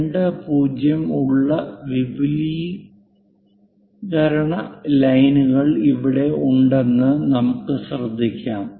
20 ഉള്ള വിപുലീകരണ ലൈനുകൾ ഇവിടെ ഉണ്ടെന്ന് നമുക്ക് ശ്രദ്ധിക്കാം